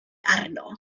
arno